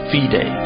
Fide